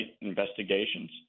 investigations